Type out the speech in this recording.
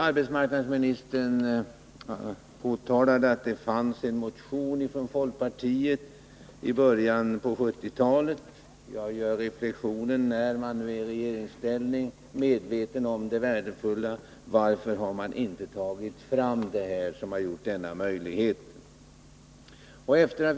Arbetsmarknadsministern påpekade att det fanns en motion från folkpartiet i början av 1970-talet om förbättrad arbetslöshetsersättning. Jag gör reflexionen att nu är folkpartiet med i regeringsställning och man är fortfarande medveten om det värdefulla i det förslag man hade den gången. Varför har man inte förverkligat det?